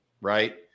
right